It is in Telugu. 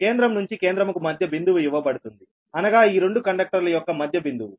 కేంద్రం నుంచి కేంద్రము కు మధ్య బిందువు ఇవ్వబడుతుంది అనగా ఈ రెండు కండక్టర్ల యొక్క మధ్య బిందువు